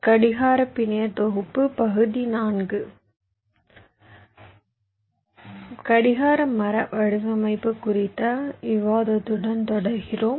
கடிகார மர வடிவமைப்பு குறித்த விவாதத்துடன் தொடர்கிறோம்